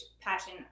passion